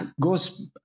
goes